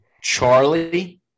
Charlie